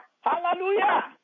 Hallelujah